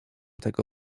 tego